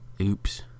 oops